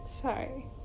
Sorry